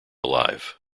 alive